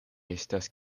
estas